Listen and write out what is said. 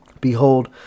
Behold